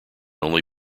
only